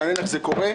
מעניין איך זה קורה,